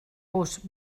vos